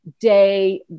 day